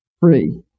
free